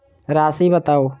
राशि बताउ